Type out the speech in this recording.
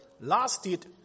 lasted